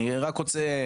אני רק רוצה,